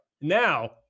Now